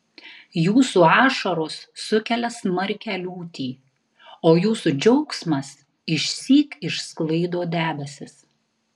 jūsų ašaros sukelia smarkią liūtį o jūsų džiaugsmas išsyk išsklaido debesis